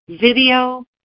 Video